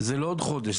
זה לא עוד חודש.